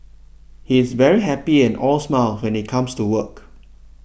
he is very happy and all smiles when he comes to work